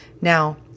Now